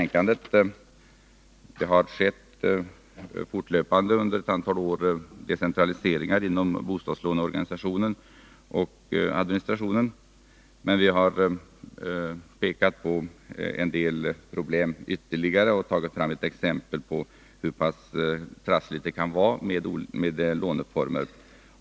Under ett antal år har det fortlöpande skett decentraliseringar inom bostadslåneorganisationen och administrationen, men vi har pekat på en del problem ytterligare och tagit fram ett expempel på hur pass trassligt det kan vara med olika låneformer.